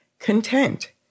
Content